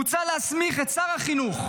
מוצע להסמיך את שר החינוך,